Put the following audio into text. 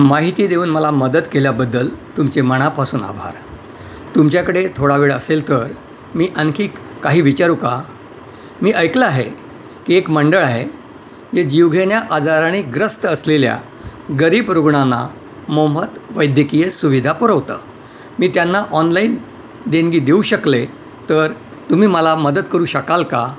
माहिती देऊन मला मदत केल्याबद्दल तुमचे मनापासून आभार तुमच्याकडे थोडा वेळ असेल तर मी आणखी क् काही विचारू का मी ऐकलं आहे की एक मंडळ आहे जे जीवघेण्या आजारांनी ग्रस्त असलेल्या गरीब रुग्णांना मोफत वैद्यकीय सुविधा पुरवतं मी त्यांना ऑनलाइन देणगी देऊ शकले तर तुम्ही मला मदत करू शकाल का